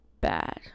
bad